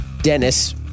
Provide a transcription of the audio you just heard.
Dennis